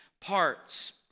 parts